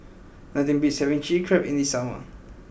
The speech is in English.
nothing beats having Chili Crab in the summer